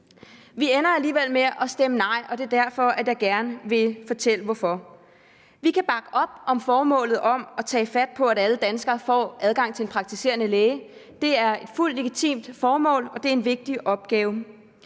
vi ender alligevel med at stemme nej, og jeg vil gerne fortælle hvorfor. Vi kan bakke op om formålet om at tage fat på, at alle danskere får adgang til en praktiserende læge. Det er et fuldt legitimt formål, og det er en vigtig opgave.